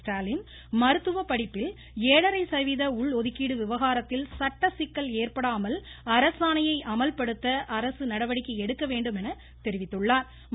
ஸ்டாலின் மருத்துவ படிப்பில் ஏழரை சதவிகித உள் ஒதுக்கீடு விவகாரத்தில் சட்ட சிக்கல் ஏற்படாமல் அரசாணையை அமல்படுத்த அரசு நடவடிக்கை எடுக்க வேண்டும் என தெரிவித்துள்ளா்